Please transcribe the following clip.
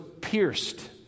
pierced